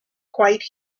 quite